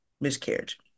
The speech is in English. Miscarriage